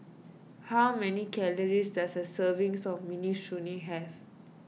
how many calories does a serving of Minestrone have